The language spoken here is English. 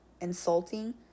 insulting